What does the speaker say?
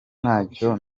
ntacyo